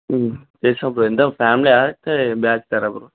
చేసాం బ్రో ఇందాక ఫ్యామిలియా లేకపోతే బ్యాచులరా